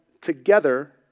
together